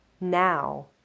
now